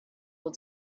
will